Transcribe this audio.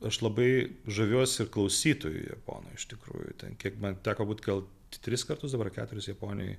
aš labai žaviuosi ir klausytoju japonu iš tikrųjų ten kiek man teko būti gal tris kartus dabar ar keturis japonijoj